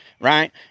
right